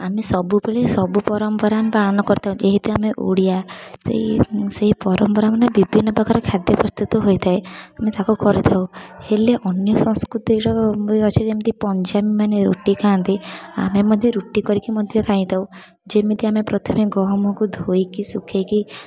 ଆମେ ସବୁବେଳେ ସବୁ ପରମ୍ପରା ଆମେ ପାଳନ କରିଥାଉ ଯେହେତୁ ଆମେ ଓଡ଼ିଆ ସେଇ ସେଇ ପରମ୍ପରା ମାନେ ବିଭିନ୍ନ ପ୍ରକାର ଖାଦ୍ୟ ପ୍ରସ୍ତୁତ ହୋଇଥାଏ ଆମେ ତାକୁ କରିଥାଉ ହେଲେ ଅନ୍ୟ ସଂସ୍କୃତିର ଅଛି ଯେମିତି ପଞ୍ଜାବୀ ମାନେ ରୋଟି ଖାଆନ୍ତି ଆମେ ମଧ୍ୟ ରୁଟି କରିକି ମଧ୍ୟ ଖାଇଥାଉ ଯେମିତି ଆମେ ପ୍ରଥମେ ଗହମକୁ ଧୋଇକି ଶୁଖେଇକି